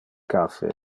caffe